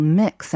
mix